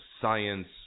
science